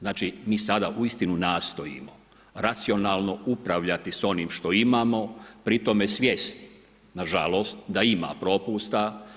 Znači, mi sada uistinu nastojimo racionalno upravljati s onim što imamo pri tome svjesni na žalost, da ima propusta.